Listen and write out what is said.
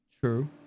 True